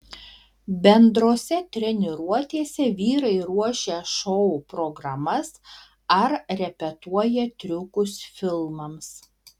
bendrose treniruotėse vyrai ruošia šou programas ar repetuoja triukus filmams